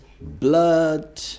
blood